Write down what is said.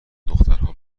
دخترها